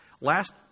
Last